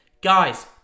Guys